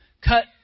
cut